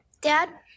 Dad